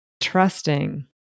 trusting